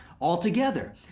altogether